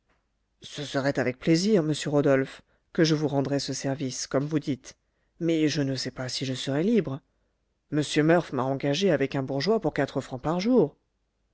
ce serait avec plaisir monsieur rodolphe que je vous rendrais ce service comme vous dites mais je ne sais pas si je serai libre m murph m'a engagé avec un bourgeois pour quatre francs par jour